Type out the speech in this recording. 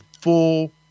full